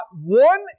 one